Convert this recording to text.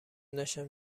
داشتم